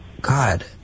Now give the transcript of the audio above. God